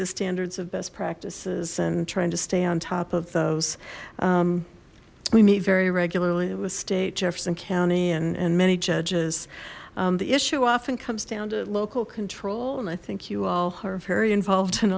the standards of best practices and trying to stay on top of those we meet very regularly with state jefferson county and and many judges the issue often comes down to local control and i think you all are very involved